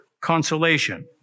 consolation